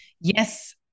Yes